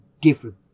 different